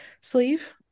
sleeve